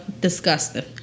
Disgusting